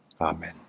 Amen